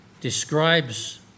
describes